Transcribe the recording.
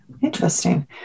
interesting